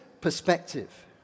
perspective